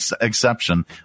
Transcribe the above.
exception